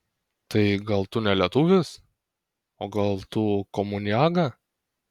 tai gal tu ne lietuvis o gal tu komuniaga